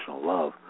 love